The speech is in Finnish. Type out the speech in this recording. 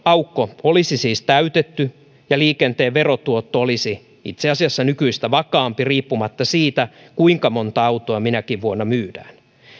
aukko olisi siis täytetty ja liikenteen verotuotto olisi itse asiassa nykyistä vakaampi riippumatta siitä kuinka monta autoa minäkin vuonna myydään